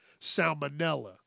salmonella